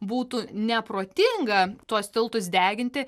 būtų neprotinga tuos tiltus deginti